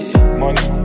Money